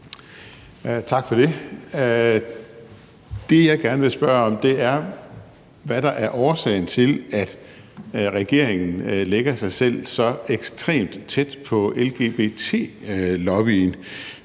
Tak for det. Det, jeg gerne vil spørge om, er, hvad der er årsagen til, at regeringen lægger sig så ekstremt tæt på lgbt-lobbyen.